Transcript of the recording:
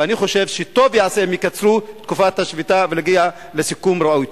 ואני חושב שטוב ייעשה אם יקצרו את תקופת השביתה ונגיע לסיכום ראוי.